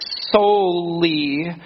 solely